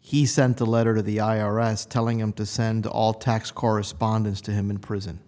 he sent a letter to the i r s telling him to send all tax correspondence to him in prison